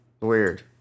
Weird